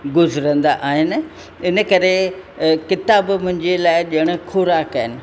गुज़रंदा आहिनि इन करे किताब मुंहिंजे लाइ ॼणु ख़ोराक आहिनि